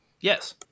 Yes